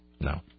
No